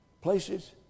places